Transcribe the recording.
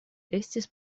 estis